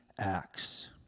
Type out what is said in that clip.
acts